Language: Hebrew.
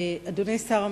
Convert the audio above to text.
אדוני שר המשפטים,